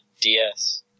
DS